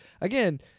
again